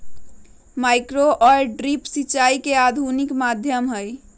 micro और drip सिंचाई के आधुनिक माध्यम हई